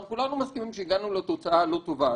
כולנו מסכימים שהגענו לתוצאה לא טובה,